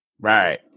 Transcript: Right